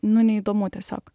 nu neįdomu tiesiog